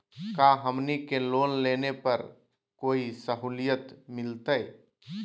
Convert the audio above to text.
का हमनी के लोन लेने पर कोई साहुलियत मिलतइ?